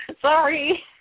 Sorry